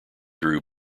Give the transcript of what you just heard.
drew